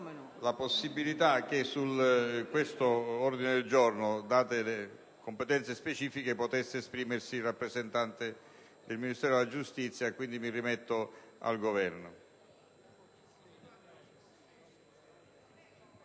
la possibilità che sull'ordine del giorno G17, date le competenze specifiche, potesse esprimersi il rappresentante del Ministero della giustizia, ragion per cui mi rimetto al Governo.